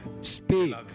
speak